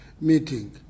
meeting